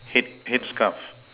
head headscarf